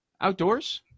outdoors